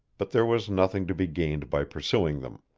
but there was nothing to be gained by pursuing them.